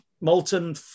molten